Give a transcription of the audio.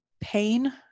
pain